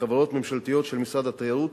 בחברות ממשלתיות של משרד התיירות